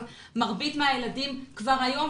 אבל מרבית הילדים כבר היום,